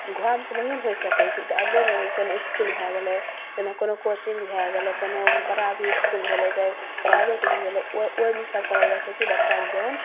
घरमे तऽ नहिए ने होइ रहै सकै छै तऽ आब जे पहिले इसकुल भै गेलै पहिने कोनो कोचिन्ग भै गेलै कोनो बड़ा भी इसकुल भेलै प्राइवेट भी होलै ओहि ओहिमे ईसब करल जाइ छै कि बच्चाके ज्ञान